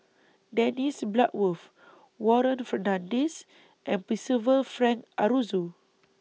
Dennis Bloodworth Warren Fernandez and Percival Frank Aroozoo